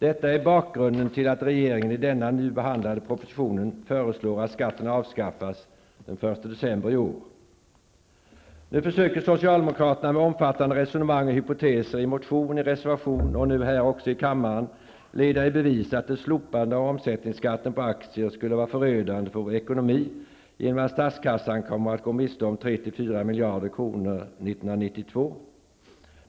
Detta är bakgrunden till att regeringen i den nu behandlade propositionen föreslår att skatten avskaffas den 1 Nu försöker socialdemokraterna med omfattande resonemang och hypoteser i motion, i reservation och nu också här i kammaren leda i bevis att ett slopande av omsättningsskatten på aktier skulle vara förödande för vår ekonomi genom att statskassan kommer att gå miste om 3--4 miljarder kronor 1992.